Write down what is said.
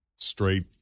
Straight